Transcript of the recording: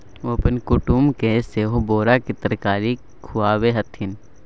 ओ अपन कुटुमके सेहो बोराक तरकारी खुआबै छथि